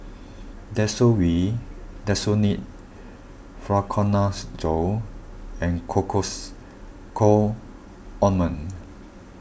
Desowen Desonide Fluconazole and Cocois Co Ointment